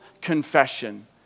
confession